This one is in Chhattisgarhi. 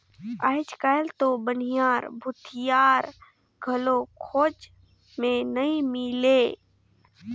आयज कायल तो बनिहार, भूथियार घलो खोज मे नइ मिलें